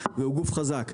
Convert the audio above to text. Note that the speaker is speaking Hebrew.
גוף חזק,